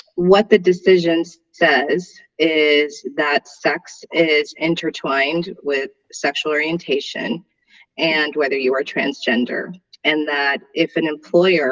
what the decisions says is that sucks is intertwined with sexual orientation and whether you are transgender and that if an employer